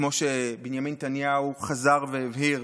כמו שבנימין נתניהו חזר והבהיר,